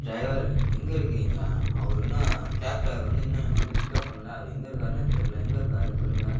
driver எங்கே இருக்குறீங்க அவரு என்ன கேப் டிரைவர் வந்து இன்னும் எங்களை வந்து பிக்அப் பண்ணல அவர் எங்கே இருக்காருன்னே தெரில எங்கே இருக்கார் சொல்லுங்கள்